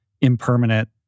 impermanent